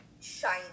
shine